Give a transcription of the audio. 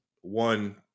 one